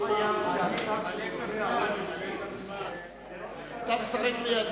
סיעת קדימה להביע אי-אמון בממשלה בשל ראש הממשלה